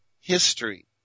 history